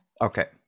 okay